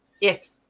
Yes